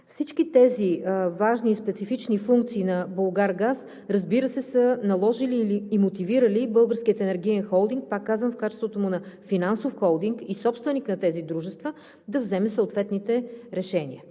Всички тези важни и специфични функции на „Булгаргаз“, разбира се, са наложили и мотивирали Българския енергиен холдинг, пак казвам, в качеството му на финансов холдинг и собственик на тези дружества, да вземе съответните решения.